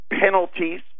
penalties